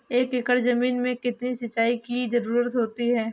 एक एकड़ ज़मीन में कितनी सिंचाई की ज़रुरत होती है?